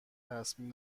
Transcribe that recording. تصمیم